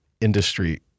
industry